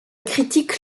critique